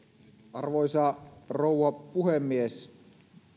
arvoisa rouva puhemies